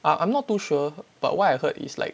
uh I'm not too sure but what I heard is like